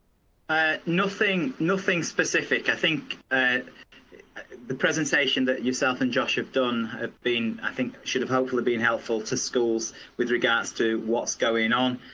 ah nothing, nothing specific i think. and presentation that yourself and josh have done have been i think should have hopefully been helpful to schools with regards to what's going on.